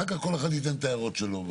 אחר כך כל אחד ייתן את ההערות שלו.